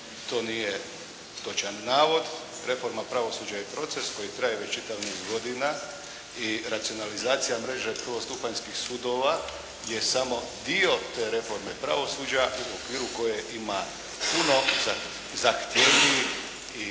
To nije točan navod. Reforma pravosuđa je proces koji traje već čitav niz godina i racionalizacija mreže prvostupanjskih sudova je samo dio te reforme pravosuđe u okviru koje ima puno zahtjevnijih i